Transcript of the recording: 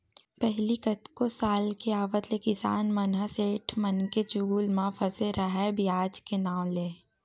पहिली कतको साल के आवत ले किसान मन ह सेठ मनके चुगुल म फसे राहय बियाज के नांव ले